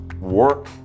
work